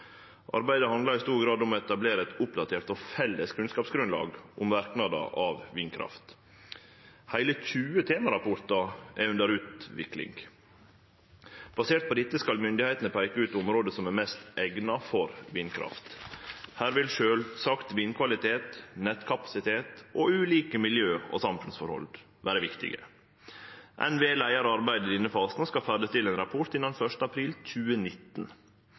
Arbeidet handlar i stor grad om å etablere eit oppdatert og felles kunnskapsgrunnlag om verknadar av vindkraft. Heile 20 temarapportar er under utvikling. Basert på dette skal myndigheitene peike ut område som er mest eigna for vindkraft. Her vil sjølvsagt vindkvalitet, nettkapasitet og ulike miljø- og samfunnsforhold vere viktige. NVE leiar arbeidet i denne fasen og skal gjere ferdig ein rapport innan 1. april 2019.